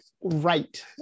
right